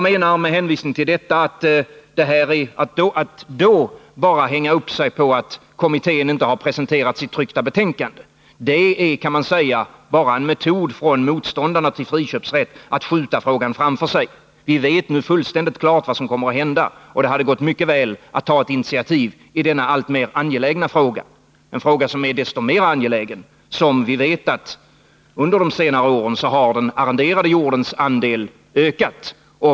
Med hänsyn till detta är det förhållandet att man hänger upp sig på att kommittén inte har presenterat sitt betänkande bara en metod från motståndarna till friköpsrätt att skjuta frågan framför sig. Vi vet nu fullständigt klart vad som kommer att hända, och det hade gått mycket bra att ta ett initiativ i denna alltmer angelägna fråga, en fråga som är desto mer angelägen som vi vet att den arrenderade jordens andel under senare år har ökat.